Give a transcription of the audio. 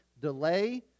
delay